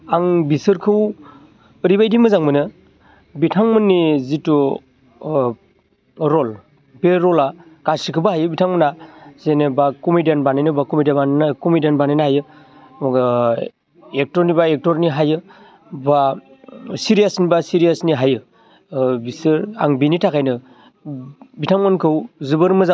आं बिसोरखौ ओरैबायदि मोजां मोनो बिथांमोननि जिथु अह रल बे रलआ गासैखौबो हायो बिथांमोनहा जेनेबा कमीडायान बानाय नांगौबा कमिडियान बानायनो हायो एक्टरनिबा एक्टरनि हायो बा सेरीयासनि बा सेरीसनि हायो बिसोर आं बिनि थाखायनो बिथांमोनखौ जोबोर मोजां मोनो